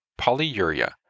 polyuria